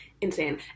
insane